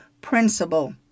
principle